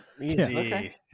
Easy